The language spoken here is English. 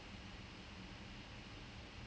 take over